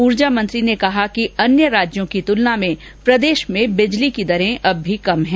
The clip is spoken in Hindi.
ऊर्जा मंत्री ने कहा कि अन्य राज्यों की तुलना में प्रदेश में बिजली की दरें अब भी कम है